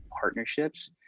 partnerships